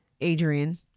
Adrian